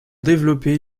développé